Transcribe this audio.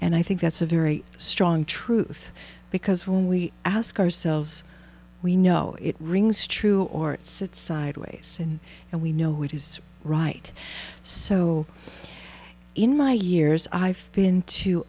and i think that's a very strong truth because when we ask ourselves we know it rings true or it sits sideways and and we know it is right so in my years i've been to